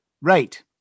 Right